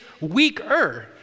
weaker